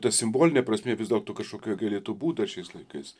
ta simbolinė prasmė vis dėlto kažkokia galėtų būt dar šiais laikais